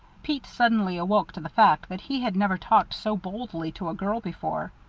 pete suddenly awoke to the fact that he had never talked so boldly to a girl before.